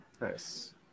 nice